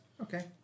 Okay